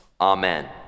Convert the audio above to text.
Amen